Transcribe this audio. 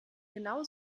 genau